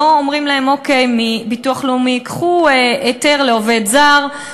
לא אומרים להם מביטוח לאומי: קחו היתר לעובד זר,